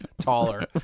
taller